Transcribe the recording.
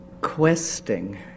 questing